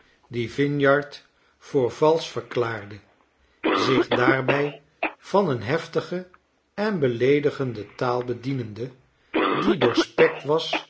die vinyard voor valsch verklaarde zich daarbij van een heftige en beleedigende taal bedienende die doorspekt was